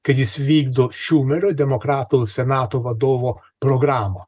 kad jis vykdo šiumerio demokratų senato vadovo programą